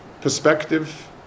perspective